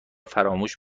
خاموش